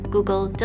Google